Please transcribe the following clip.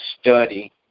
study